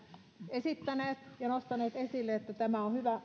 esittäneet ja nostaneet esille että tämä on hyvä